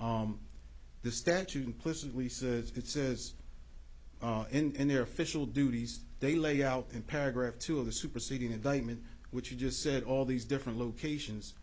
world this statute implicitly says it says in their fishel duties they lay out in paragraph two of the superseding indictment which you just said all these different locations